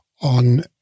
on